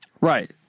Right